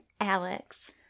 Alex